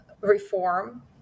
reform